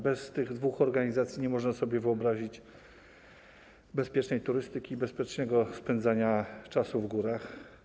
Bez tych dwóch organizacji nie można sobie wyobrazić bezpiecznej turystyki i bezpiecznego spędzania czasu w górach.